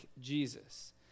jesus